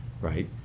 right